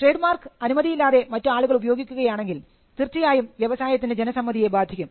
trademark അനുമതിയില്ലാതെ മറ്റ് ആളുകൾ ഉപയോഗിക്കുകയാണെങ്കിൽ തീർച്ചയായും വ്യവസായത്തിൻറെ ജനസമ്മതിയെ ബാധിക്കും